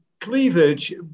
cleavage